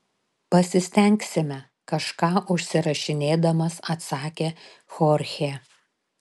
pasistengsime kažką užsirašinėdamas atsakė chorchė